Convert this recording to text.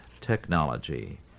Technology